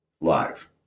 live